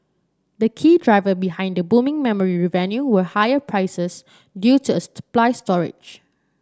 the key driver behind the booming memory revenue were higher prices due to a supply storage